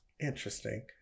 Interesting